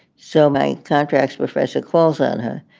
so my contracts were fresh calls on her.